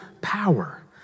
power